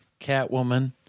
Catwoman